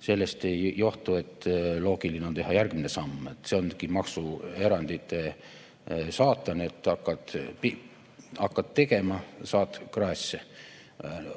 sellest ei johtu, et loogiline on teha järgmine samm. See ongi see maksuerandite saatan, et kui hakkad tegema, siis saad kraesse